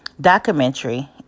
documentary